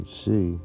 see